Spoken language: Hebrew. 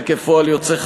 וכפועל יוצא,